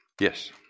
Yes